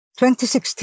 2016